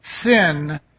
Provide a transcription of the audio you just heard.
Sin